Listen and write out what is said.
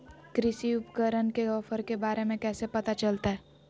कृषि उपकरण के ऑफर के बारे में कैसे पता चलतय?